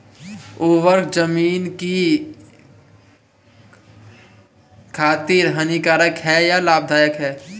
उर्वरक ज़मीन की खातिर हानिकारक है या लाभदायक है?